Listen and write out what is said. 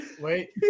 Wait